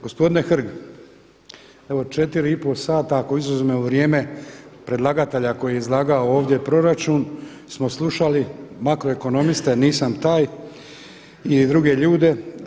Gospodine Hrg, evo 4,5 sata ako izuzmemo vrijeme predlagatelja koji je izlagao ovdje proračun smo slušali makroekonomiste, nisam taj i druge ljude.